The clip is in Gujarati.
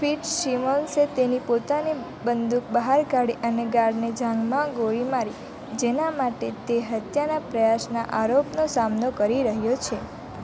ફિટ્ઝસિમોન્સે તેની પોતાની બંદૂક બહાર કાઢી અને ગાર્ડને જાંઘમાં ગોળી મારી જેના માટે તે હત્યાના પ્રયાસના આરોપનો સામનો કરી રહ્યો છે